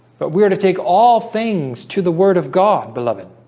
but we're to take all things to the word of god beloved